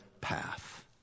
path